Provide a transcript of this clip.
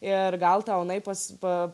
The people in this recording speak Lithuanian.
ir gal tau jinai pas pa